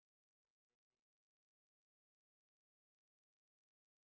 especially in Singapore we have to work money is everything